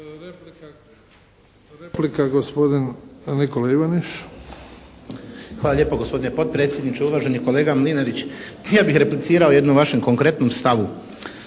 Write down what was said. Ivaniš. **Ivaniš, Nikola (PGS)** Hvala lijepo gospodine potpredsjedniče. Uvaženi kolega Mlinarić, ja bi replicirao jednom vašem konkretnom stavu.